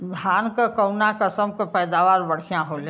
धान क कऊन कसमक पैदावार बढ़िया होले?